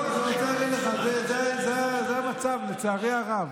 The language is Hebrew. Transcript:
אני רוצה להגיד לך, זה המצב, לצערי הרב.